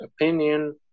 opinion